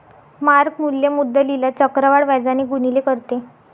mark मूल्य मुद्दलीला चक्रवाढ व्याजाने गुणिले करते